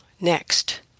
Next